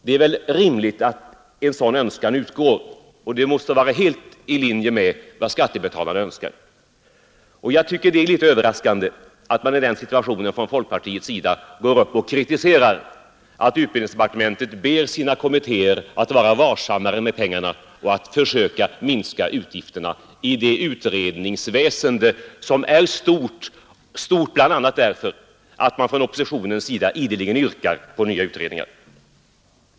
Det är väl rimligt att en sådan begäran utgår, och den måste väl vara helt i linje med vad skattebetalarna önskar. Jag tycker det är litet överraskande att man i den situationen från folkpartiets sida går upp och kritiserar att utbildningsdepartementet ber sina kommittéer att vara varsammare med pengarna och att försöka minska utgifterna i utredningsväsendet som är dyrbart bl.a. därför att det från oppositionens sida ideligen yrkas på nya utredningar.